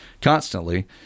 constantly